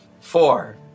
Four